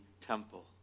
temple